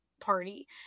party